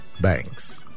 banks